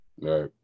Right